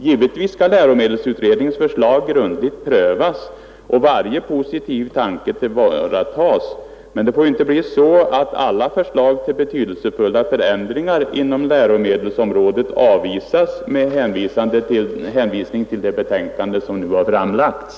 Givetvis skall läromedelsutredningens förslag grundligt prövas och varje positiv tanke tillvaratas, men det får inte bli så att alla förslag till betydelsefulla förändringar inom läromedelsområdet avvisas med hänvisning till det betänkande som nu har framlagts.